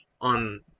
on